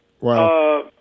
Wow